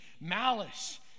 malice